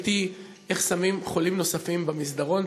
ראיתי איך שמים חולים נוספים במסדרון.